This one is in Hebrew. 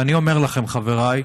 ואני אומר לכם, חבריי,